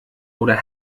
oder